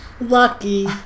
Lucky